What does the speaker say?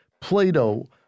Plato